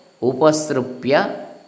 Upasrupya